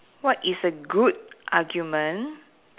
what is a good argument